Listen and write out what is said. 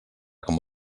com